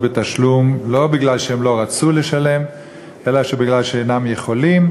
בתשלום לא בגלל שהם לא רצו לשלם אלא בגלל שאינם יכולים,